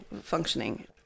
functioning